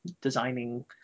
designing